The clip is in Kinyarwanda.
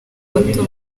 bato